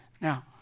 Now